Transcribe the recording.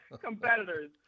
competitors